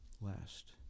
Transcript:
last